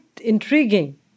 intriguing